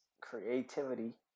creativity